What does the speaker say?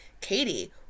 Katie